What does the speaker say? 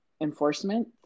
enforcement